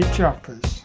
Choppers